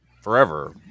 forever